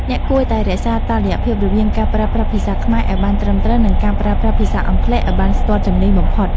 អ្នកគួរតែរក្សាតុល្យភាពរវាងការប្រើប្រាស់ភាសាខ្មែរឱ្យបានត្រឹមត្រូវ និងការប្រើប្រាស់ភាសាអង់គ្លេសឱ្យបានស្ទាត់ជំនាញបំផុត។